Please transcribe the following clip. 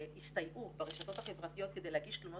שהסתייעו ברשתות החברתית כדי להגיש תלונות